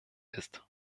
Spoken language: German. ist